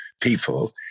people